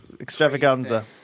extravaganza